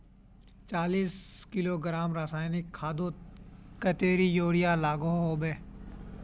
चालीस किलोग्राम रासायनिक खादोत कतेरी यूरिया लागोहो होबे?